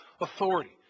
authority